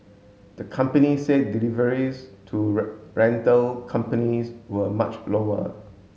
the company said deliveries to rental companies were much lower